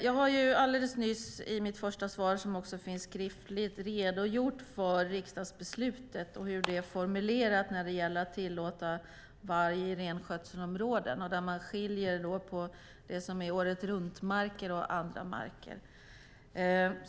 Jag har nyss i svaret redogjort för riksdagsbeslutet och hur det är formulerat när det gäller att tillåta varg i renskötselområden, där man skiljer på åretruntmarker och andra marker.